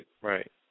Right